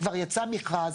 כבר יצא מכרז,